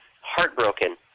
heartbroken